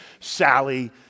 Sally